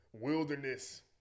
wilderness